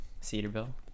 cedarville